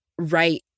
right